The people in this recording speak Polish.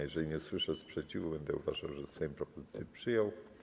Jeżeli nie usłyszę sprzeciwu, będę uważał, że Sejm propozycję przyjął.